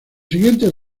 siguientes